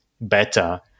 better